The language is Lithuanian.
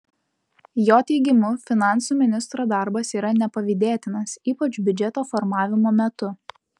jo teigimu finansų ministro darbas yra nepavydėtinas ypač biudžeto formavimo metu